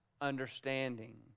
understanding